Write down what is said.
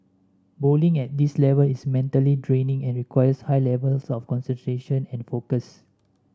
bowling at this level is mentally draining and requires high levels of concentration and focus